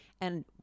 And-